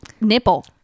nipple